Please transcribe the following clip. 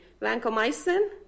vancomycin